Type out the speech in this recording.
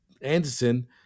Anderson